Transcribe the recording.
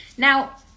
Now